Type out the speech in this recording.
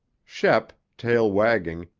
shep, tail wagging,